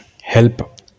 help